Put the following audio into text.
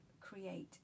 create